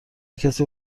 کسی